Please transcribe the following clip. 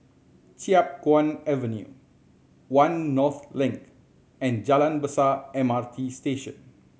Chiap Guan Avenue One North Link and Jalan Besar M R T Station